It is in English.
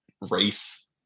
race